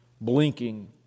blinking